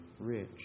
rich